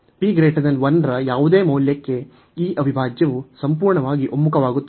P 1 ರ ಯಾವುದೇ ಮೌಲ್ಯಕ್ಕೆ ಈ ಅವಿಭಾಜ್ಯವು ಸಂಪೂರ್ಣವಾಗಿ ಒಮ್ಮುಖವಾಗುತ್ತದೆ